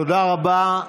תודה רבה.